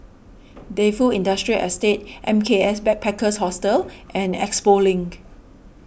Defu Industrial Estate M K S Backpackers Hostel and Expo Link